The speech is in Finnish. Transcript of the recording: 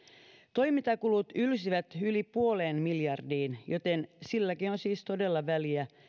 toimintakulut ylsivät yli nolla pilkku viiteen miljardiin joten silläkin on siis todella väliä